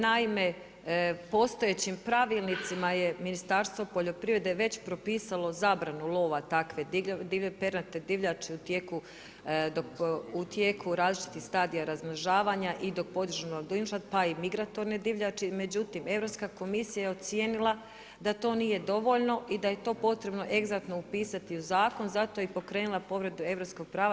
Naime, postojećim pravilnicima je Ministarstvo poljoprivrede već propisalo zabranu lova takve pernate divljači u tijeku različitih stadija razmnožavanja i dok podižu mladunčad pa i migratorne divljači, međutim Europska komisija je ocijenila da to nije dovoljno i da je to potrebno egzaktno upisati u zakon zato je i pokrenula povredu europskog prava.